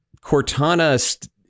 Cortana